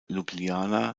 ljubljana